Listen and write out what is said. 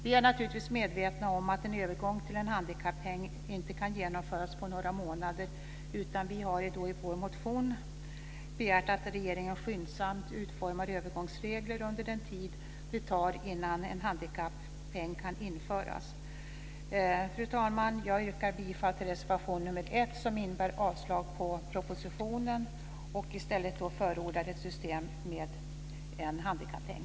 Vi är självfallet medvetna om att en övergång till en handikappeng inte kan genomföras på några månader, utan vi har i vår motion begärt att regeringen skyndsamt utformar övergångsregler under den tid det tar innan en handikappeng kan införas. Fru talman! Jag yrkar bifall till reservation nr 1 som innebär avslag på propositionen och förordar i stället ett system med handikappeng.